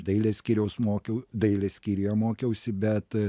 dailės skyriaus mokiau dailės skyriuje mokiausi bet